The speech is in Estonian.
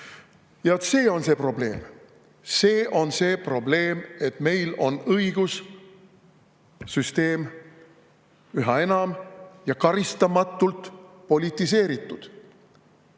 on see, et meil on õigussüsteem üha enam ja karistamatult politiseeritud.